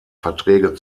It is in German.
verträge